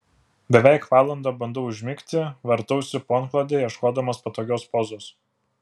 beveik valandą bandau užmigti vartausi po antklode ieškodamas patogios pozos